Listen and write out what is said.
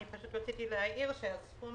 אני רציתי להעיר שסכום